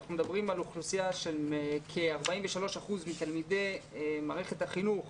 אנחנו מדברים על אוכלוסייה של כ-43% מתלמידי מערכת החינוך